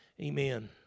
Amen